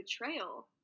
betrayal